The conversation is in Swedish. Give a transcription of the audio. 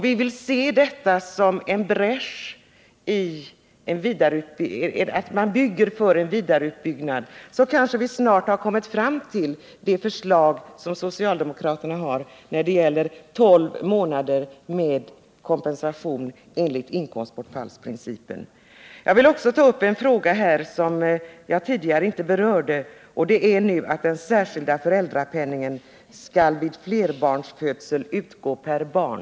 Vi vill se detta som en bräsch, dvs. att det satsas på en vidareutbyggnad så att vi kanske snart kommer fram till det förslag som socialdemokraterna har när det gäller tolv månader med kompensation enligt inkomstbortfallsprincipen. Jag vill också ta upp en fråga som jag tidigare inte har berört, och det är att den särskilda föräldrapenningen skall vid flerbarnsfödsel utgå per barn.